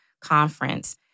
conference